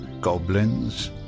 goblins